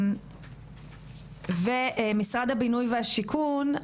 משרד הבינוי והשיכון,